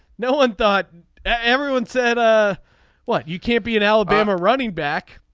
no one thought everyone said ah well you can't be in alabama running back.